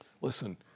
Listen